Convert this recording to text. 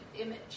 image